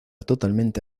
totalmente